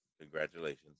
congratulations